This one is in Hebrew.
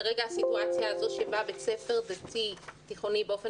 כרגע הסיטואציה הזו שבה בית ספר דתי תיכוני באופן